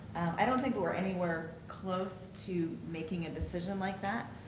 i don't think we're anywhere close to making a decision like that,